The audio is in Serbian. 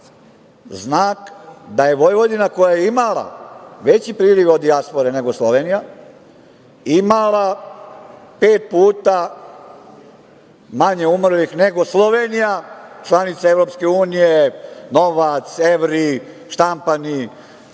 znak da je Vojvodina koja je imala veći priliv od dijaspore nego Slovenija imala pet puta manje umrlih nego Slovenija, članica EU, novac, evri, štampani,